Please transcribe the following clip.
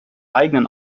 eigenen